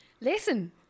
listen